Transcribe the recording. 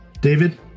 David